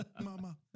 Mama